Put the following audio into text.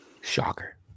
Shocker